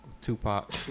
Tupac